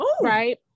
right